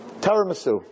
Tiramisu